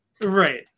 Right